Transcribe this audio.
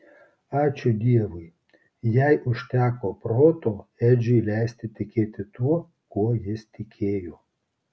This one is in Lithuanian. ačiū dievui jai užteko proto edžiui leisti tikėti tuo kuo jis tikėjo